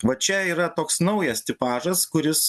va čia yra toks naujas tipažas kuris